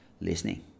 listening